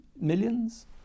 millions